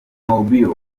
mabior